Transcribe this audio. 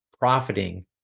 profiting